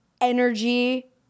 energy